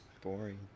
Boring